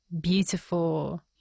beautiful